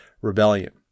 rebellion